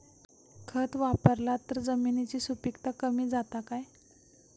खत वापरला तर जमिनीची सुपीकता कमी जाता काय?